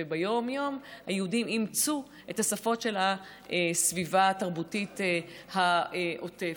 וביום-יום היהודים אימצו את השפות של הסביבה התרבותית העוטפת.